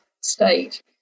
state